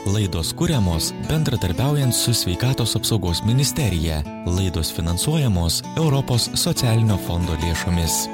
laidos kuriamos bendradarbiaujant su sveikatos apsaugos ministerija laidos finansuojamos europos socialinio fondo lėšomis